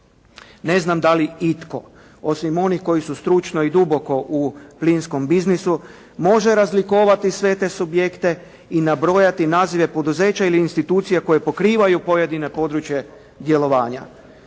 Ne znam da li itko osim onih koji su stručno i duboko u plinskom biznisu može razlikovati sve te subjekte i nabrojati nazive poduzeća ili institucije koje pokrivaju pojedino područje djelovanja.